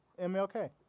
MLK